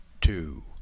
two